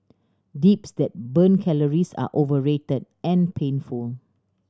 dips that burn calories are overrated and painful